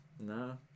no